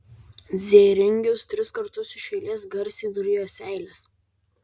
zėringis tris kartus iš eilės garsiai nurijo seiles